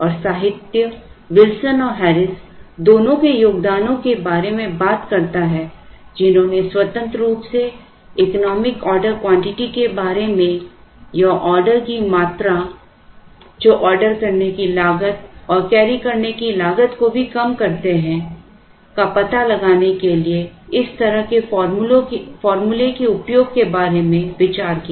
और साहित्य विल्सन और हैरिस दोनों के योगदानों के बारे में बात करता है जिन्होंने स्वतंत्र रूप से इकोनॉमिक ऑर्डर क्वांटिटी के बारे मेंया ऑर्डर की मात्रा जो ऑर्डर करने की लागत और कैरी करने की लागत को भी कम करती है का पता लगाने के लिए इस तरह के फार्मूले के उपयोग के बारे में विचार किया